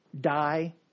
die